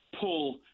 pull –